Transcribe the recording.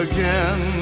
Again